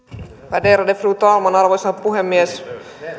värderade fru talman arvoisa puhemies